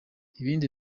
ibindi